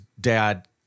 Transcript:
dad